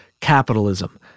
capitalism